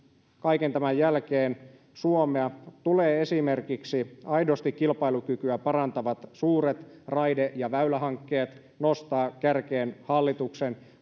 kaiken tämän jälkeen suomea tulee esimerkiksi aidosti kilpailukykyä parantavat suuret raide ja väylähankkeet nostaa kärkeen hallituksen